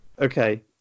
Okay